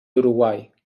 uruguai